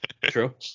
True